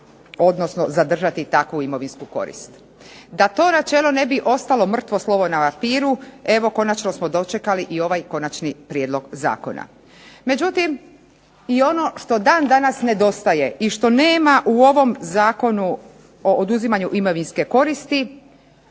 odnosno zadržati takvu imovinsku korist. Da to načelo ne bi ostalo mrtvo slovo na papiru, evo konačno smo dočekali i ovaj konačni prijedlog zakona. Međutim i ono što dan danas nedostaje, i što nema u ovom Zakonu o oduzimanju imovinske koristi,